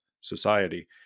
society